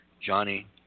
Johnny